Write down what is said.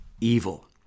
evil